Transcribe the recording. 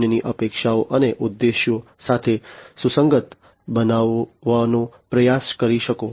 0 ની અપેક્ષાઓ અને ઉદ્દેશ્યો સાથે સુસંગત બનવાનો પ્રયાસ કરી શકો